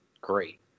great